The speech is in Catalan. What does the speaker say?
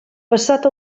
passat